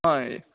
ಹಾಂ ಇ